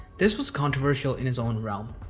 this was controversial in his own realm.